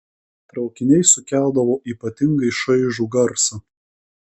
traukiniai sukeldavo ypatingai šaižų garsą